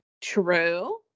True